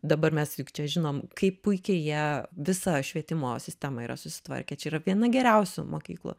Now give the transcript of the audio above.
dabar mes čia žinom kaip puikiai jie visą švietimo sistemą yra susitvarkę čia yra viena geriausių mokyklų